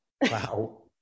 Wow